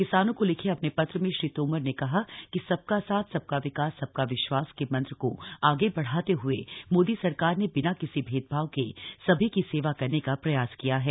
किसानों को लिखे अपने पत्र में श्री तोमर ने कहा कि सबका साथ सबका विकास सबका विश्वास के मंत्र को आगे बढ़ाते हए मोदी सरकार ने बिना किसी भेदभाव के सभी की सेवा करने का प्रयास किया है